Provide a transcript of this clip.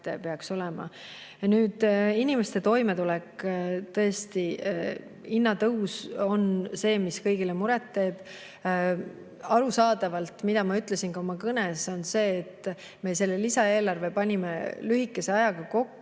peab olema. Nüüd inimeste toimetulekust. Tõesti, hinnatõus on see, mis kõigile muret teeb. Arusaadavalt, nagu ma ütlesin ka oma kõnes, me panime selle lisaeelarve kokku lühikese ajaga ja